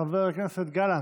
חבר הכנסת גלנט,